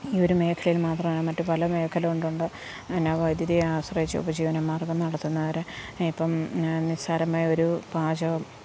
ഈ ഒരു മേഖലയിൽ മാത്രമല്ല മറ്റു പല മേഖല ഉണ്ടുണ്ട് പിന്നെ വൈദ്യുതിയെ ആശ്രയിച്ച് ഉപജീവനമാർഗ്ഗം നടത്തുന്നവര് ഇപ്പം നിസാരമായ ഒരു പാചകം